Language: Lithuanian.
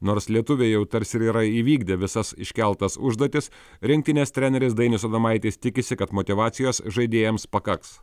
nors lietuviai jau tarsi ir yra įvykdę visas iškeltas užduotis rinktinės treneris dainius adomaitis tikisi kad motyvacijos žaidėjams pakaks